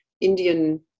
Indian